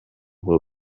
will